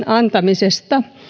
antamisesta